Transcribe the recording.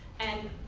and